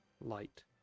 light